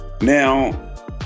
Now